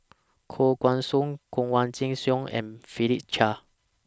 Koh Guan Song Kanwaljit Soin and Philip Chia